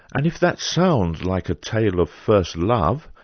and if that sounds like a tale of first love,